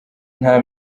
nta